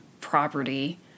property